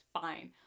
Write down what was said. fine